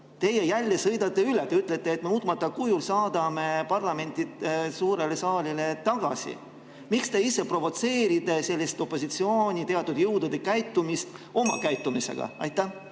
te jälle sõidate üle. Te ütlete, et saadate selle muutmata kujul parlamendi suurde saali tagasi. Miks te ise provotseerite sellist opositsiooni teatud jõudude käitumist oma käitumisega? Aitäh!